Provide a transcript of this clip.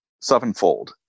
sevenfold